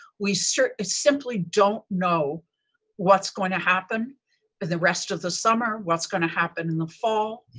we sort of simply don't know what's going to happen with the rest of the summer, what's going to happen in the fall.